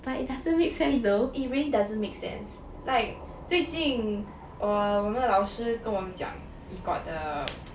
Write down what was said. it really doesn't make sense like 最近我们的老师跟我们讲 you've got the